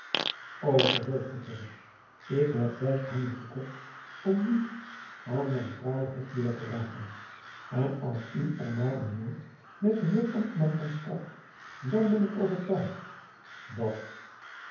vervolgde gheryt ik heb juist hammen ekocht om niet aan mijn fraaien hofbeer te raken en als oe er maôr een woord met den heer ambtman van sprak dan ben ik overtuigd dat